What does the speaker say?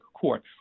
court